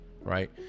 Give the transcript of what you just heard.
right